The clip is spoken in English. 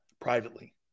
privately